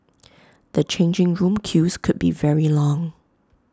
the changing room queues could be very long